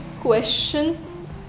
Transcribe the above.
question